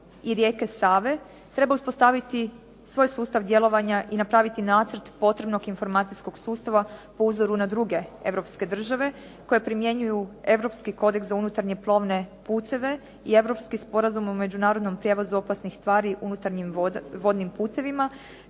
i rijeke Save treba uspostaviti svoj sustav djelovanja i napraviti nacrt potrebnog informacijskog sustava po uzoru na druge europske države koje primjenjuju europski kodeks za unutarnje plovne putove. I Europskim sporazumom o međunarodnom prijevozu opasnih tvari unutarnjim vodnim putovima,